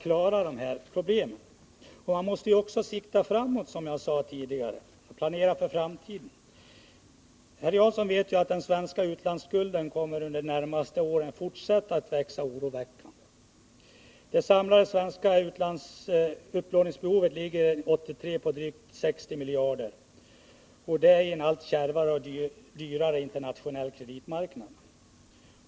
Man måste också sikta framåt, som jag sade tidigare, och planera för framtiden. Herr Jansson vet att den svenska utlandsskulden kommer att fortsätta växa oroväckande under de närmaste åren. Det samlade svenska behovet av utlandsupplåning ligger 1983 på drygt 60 miljarder — och detta i en allt kärvare och dyrare internationell kreditmarknad.